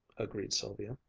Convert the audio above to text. agreed sylvia,